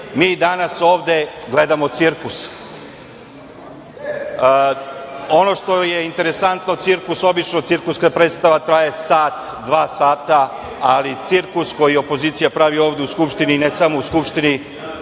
mi danas ovde gledamo cirkus. Ono što je interesantno, cirkuska predstava traje sat, dva sata, ali cirkus koji opozicija pravi ovde u Skupštini, i ne samo u Skupštini,